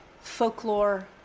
folklore